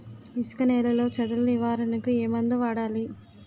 ఇసుక నేలలో చదల నివారణకు ఏ మందు వాడాలి?